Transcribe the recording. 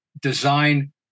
design